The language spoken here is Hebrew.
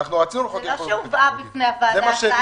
זה לא שהובאה בפני הוועדה הצעת חוק